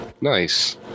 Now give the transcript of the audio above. nice